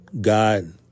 God